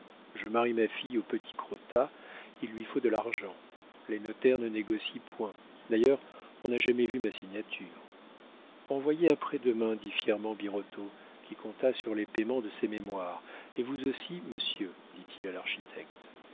je marie ma fille au petit crottat il lui faut de l'argent les notaires ne négocient point d'ailleurs on n'a jamais vu ma signature envoyez après-demain dit fièrement birotteau qui compta sur les paiements de ses mémoires et vous aussi monsieur dit-il à l'architecte